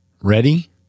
Ready